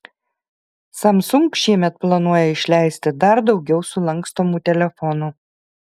samsung šiemet planuoja išleisti dar daugiau sulankstomų telefonų